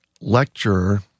lecturer